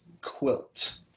quilt